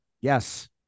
Yes